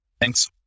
thanks